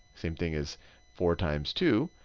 same thing as four times two.